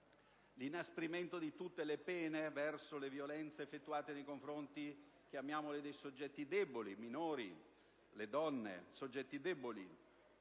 l'inasprimento di tutte le pene per le violenze effettuate nei confronti dei soggetti che chiamiamo deboli,